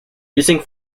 using